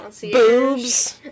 boobs